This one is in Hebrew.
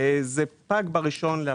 זה פג אתמול, ב-1 באפריל.